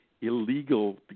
illegal